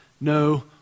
no